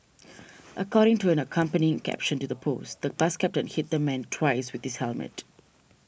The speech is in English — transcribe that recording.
according to an accompanying caption to the post the bus captain hit the man twice with his helmet